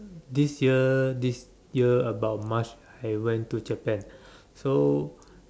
this year this year about March I went to Japan so